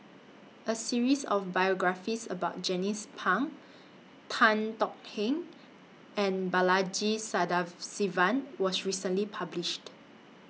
A series of biographies about Jernnine's Pang Tan Tong Hye and Balaji Sadasivan was recently published